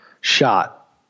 shot